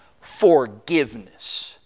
forgiveness